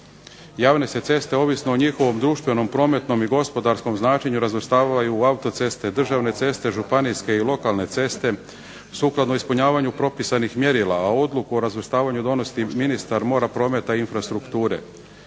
Javne se ceste ovisno o njihovom društvenom, prometnom i gospodarskom značenju razvrstavaju u autoceste, državne ceste, županijske i lokalne ceste sukladno ispunjavanju propisanih mjerila a odluku o razvrstavanju donosi ministar prometa, mora i infrastrukture.